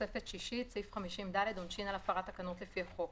תוספת שישית (סעיף 50(ד)) עונשין על הפרת תקנות לפי החוק